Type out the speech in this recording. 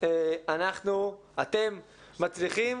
אתם מצליחים